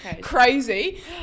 crazy